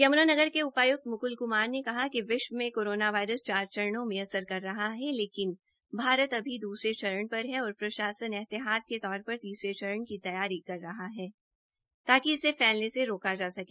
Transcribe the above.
यमुनानगर के उपायुक्त मुकुल कुमार ने कहा कि विश्व में कोरोना वायरस चार चरणों में असर कर रहा है लेकिन भारत अभी दूसरे चरण पर है और प्रशासन एहतियात के तौर पर तीसरे चरण की तैयारी कर रहा है ताकि इसे फैलने से रोका जा सके